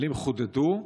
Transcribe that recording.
חודדו.